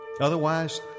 Otherwise